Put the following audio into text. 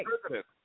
president